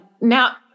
now